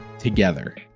together